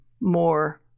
more